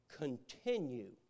Continue